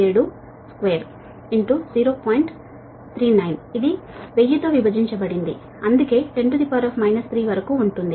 39 ఇది 1000 తో విభజించబడింది అందుకే 10 3 వరకు ఉంటుంది